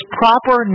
proper